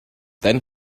then